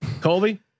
Colby